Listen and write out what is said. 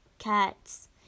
Cats